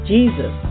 Jesus